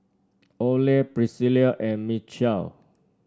Oley Priscilla and Michell